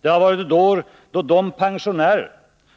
Det har varit ett år då de pensionärer